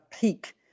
peak